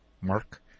Mark